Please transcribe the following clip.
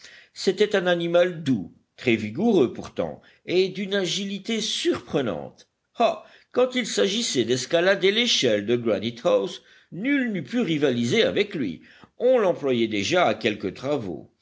c'était un animal doux très vigoureux pourtant et d'une agilité surprenante ah quand il s'agissait d'escalader l'échelle de granite house nul n'eût pu rivaliser avec lui on l'employait déjà à quelques travaux